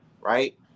right